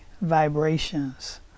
vibrations